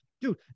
Dude